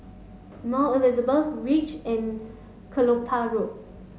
Mount Elizabeth Reach and Kelopak Road